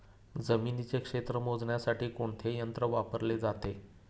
जमिनीचे क्षेत्र मोजण्यासाठी कोणते यंत्र वापरले जाते?